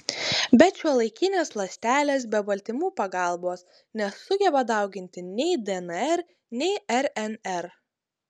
bet šiuolaikinės ląstelės be baltymų pagalbos nesugeba dauginti nei dnr nei rnr